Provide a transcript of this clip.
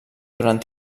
durant